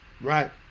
right